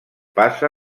passa